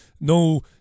No